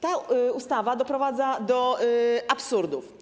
Ta ustawa doprowadza do absurdów.